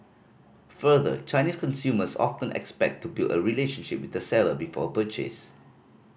further Chinese consumers often expect to build a relationship with the seller before a purchase